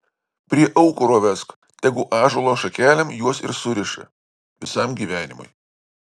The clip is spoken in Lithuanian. prie aukuro vesk tegu ąžuolo šakelėm juos ir suriša visam gyvenimui